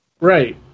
Right